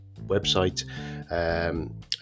website